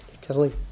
Kelly